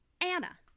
Anna